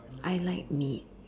I like meat